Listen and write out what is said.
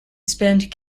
spend